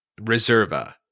Reserva